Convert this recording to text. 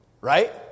Right